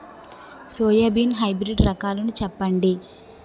Soybean hybrid రకాలను చెప్పండి?